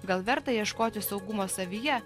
gal verta ieškoti saugumo savyje